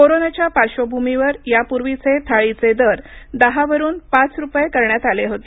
कोरोनाच्या पार्श्वभूमीवर यापूर्वीचे थाळीचे दर दहावरून पाच रूपये करण्यात आले होते